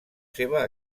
seva